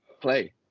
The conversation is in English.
play